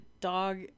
dog